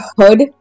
hood